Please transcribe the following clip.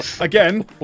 again